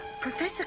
Professor